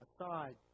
aside